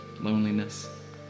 loneliness